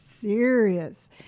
serious